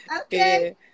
okay